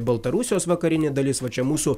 baltarusijos vakarinė dalis va čia mūsų